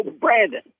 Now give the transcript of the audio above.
Brandon